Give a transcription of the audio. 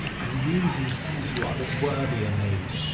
and reason says you are the worthier maid.